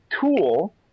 tool